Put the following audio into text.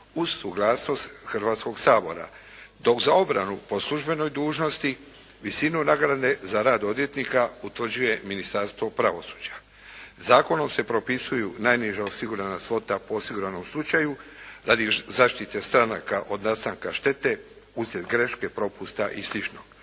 suglasnost Hrvatskog sabora, dok za obranu po službenoj dužnosti visinu nagrade za rad odvjetnika utvrđuje Ministarstvo pravosuđa. Zakonom se propisuju najniža osigurana svota po osiguranom slučaju radi zaštite stranaka od nastanka štete uslijed greške, propusta i